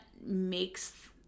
makes